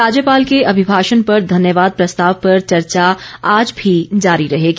राज्यपाल के अभिभाषण पर धन्यवाद प्रस्ताव पर चर्चा आज भी जारी रहेगी